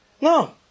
No